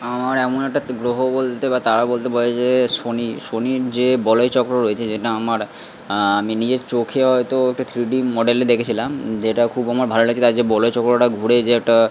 আমার এমন একটা গ্রহ বলতে বা তারা বলতে যে শনি শনির যে বলয়চক্র রয়েছে যেটা আমার আমি নিজের চোখে হয়তো ওটা থ্রি ডি মডেলে দেখেছিলাম যেটা খুব আমার ভালো লাগছিল আর যে বলয়চক্রটা ঘুরে যে একটা